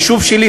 היישוב שלי,